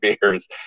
beers